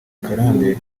karande